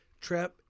trap